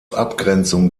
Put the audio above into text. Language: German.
abgrenzung